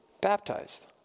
baptized